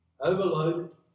overloaded